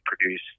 produce